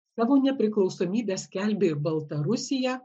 savo nepriklausomybę skelbė ir baltarusija